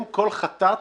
אם כל חטאת,